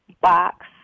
box